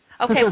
Okay